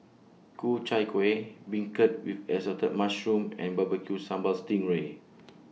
Ku Chai Kuih Beancurd with Assorted Mushrooms and Barbecue Sambal Sting Ray